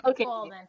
okay